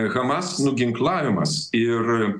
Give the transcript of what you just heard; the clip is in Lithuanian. hamas nuginklavimas ir